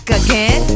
again